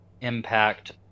impact